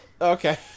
Okay